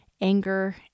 anger